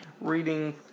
reading